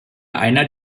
einer